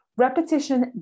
Repetition